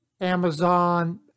Amazon